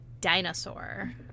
Dinosaur